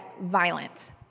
violent